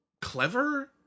clever